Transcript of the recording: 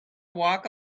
walk